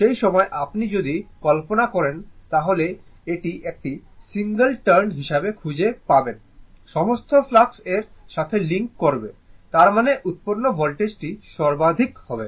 সেই সময় আপনি যদি কল্পনা করেন তাহলে এটিকে সিঙ্গেল টার্ন হিসাবে খুঁজে পাবে সমস্ত ফ্লাক্স এর সাথে লিঙ্ক করবে তার মানে উৎপন্ন ভোল্টেজটি সর্বাধিক হবে